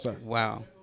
Wow